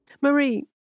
Marie